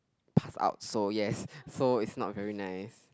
pass out so yes so it's not very nice